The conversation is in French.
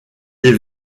des